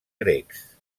grecs